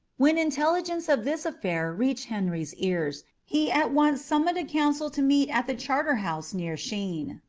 when intelligence of this affair reached henry's ears, he at once summoned a council to meet at the charterhouse, near shene,